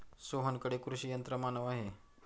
सोहनकडे कृषी यंत्रमानव आहे